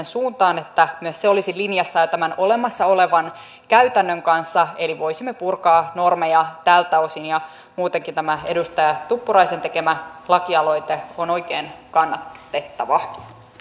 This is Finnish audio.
suuntaan että myös se olisi linjassa jo tämän olemassa olevan käytännön kanssa eli voisimme purkaa normeja tältä osin muutenkin tämä edustaja tuppuraisen tekemä lakialoite on oikein kannatettava